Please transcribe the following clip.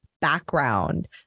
background